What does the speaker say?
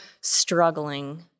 struggling